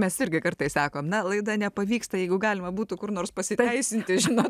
mes irgi kartais sakome na laida nepavyksta jeigu galima būtų kur nors pasiteisinti žinok